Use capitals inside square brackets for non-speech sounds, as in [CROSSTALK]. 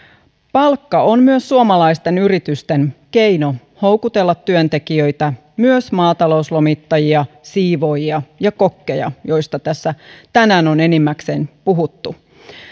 palkka on myös suomalaisten yritysten keino houkutella työntekijöitä myös maatalouslomittajia siivoojia [UNINTELLIGIBLE] ja kokkeja joista tässä [UNINTELLIGIBLE] tänään on enimmäkseen puhuttu